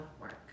work